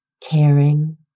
Caring